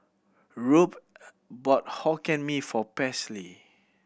Rube bought Hokkien Mee for Paisley